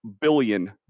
billion